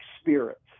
spirits